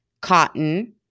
cotton